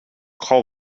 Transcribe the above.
call